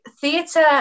theatre